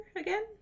again